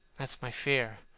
that's my fear.